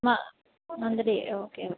monthly okay okay